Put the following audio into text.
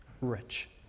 rich